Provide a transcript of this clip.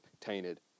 tainted